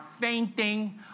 fainting